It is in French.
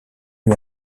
lui